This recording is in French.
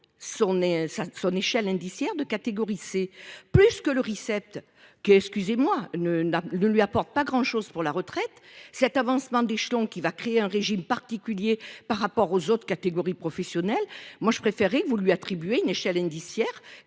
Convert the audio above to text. son échelle indiciaire de catégorie. C'est plus que le Reset qui excusez-moi ne n'a ne lui apporte pas grand chose pour la retraite cet avancement d'échelons qui va créer un régime particulier par rapport aux autres catégories professionnelles. Moi je préférerais que vous lui attribuez une échelle indiciaire